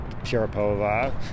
Sharapova